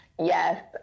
Yes